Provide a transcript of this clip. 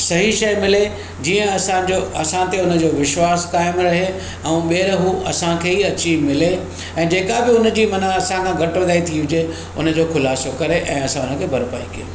सही शइ मिले जीअं असांजो असांते हुनजो विश्वास क़ाइम रहे ऐं ॿीहर हू असांखे ई अची मिले ऐं जेका बि हुनजी मन असांखां घटि वधाई थी हुजे हुनजो ख़ुलासो करे ऐं असां हुनजो भरपाई कयूं